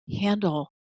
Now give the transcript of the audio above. handle